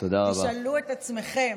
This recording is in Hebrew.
תשאלו את עצמכם